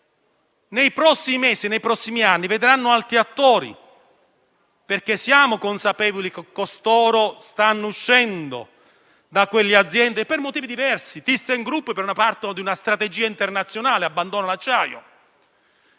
nei prossimi anni vedranno altri attori, perché siamo consapevoli che costoro stanno uscendo da tali aziende per motivi diversi: TyssenKrupp per una strategia internazionale abbandona l'acciaio;